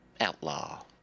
outlaw